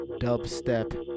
dubstep